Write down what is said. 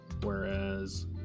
whereas